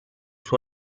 suo